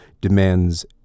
demands